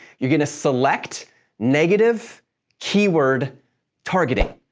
you're going to select negative keyword targeting.